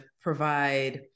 provide